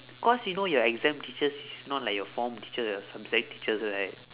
cause you know your exam teachers is not like your form teacher or subject teachers right